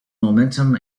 momentum